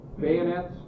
Bayonets